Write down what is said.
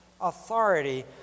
authority